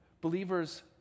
Believers